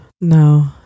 no